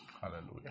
Hallelujah